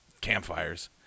campfires